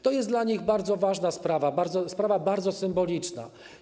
To jest dla nich bardzo ważna sprawa, sprawa bardzo symboliczna.